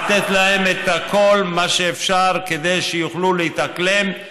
לתת להם את כל מה שאפשר כדי שיוכלו להתאקלם.